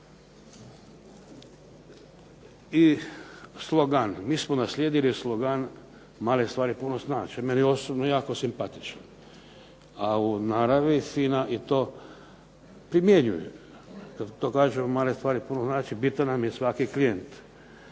I slogan, mi smo naslijedili slogan "Male stvari puno znače.", meni je osobno jako simpatičan. A u naravi FINA i to primjenjuje. Kad to kažemo, male stvari puno znače, bitan nam je svaki klijent,